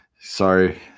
sorry